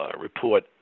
report